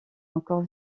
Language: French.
encore